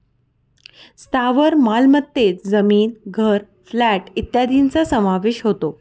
स्थावर मालमत्तेत जमीन, घर, प्लॉट इत्यादींचा समावेश होतो